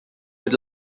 mit